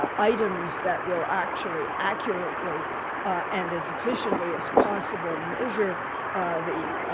ah items that will actually accurately and as efficiently as possible measure the